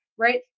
Right